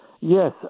yes